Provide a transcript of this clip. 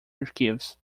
archives